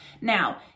Now